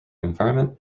environment